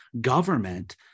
government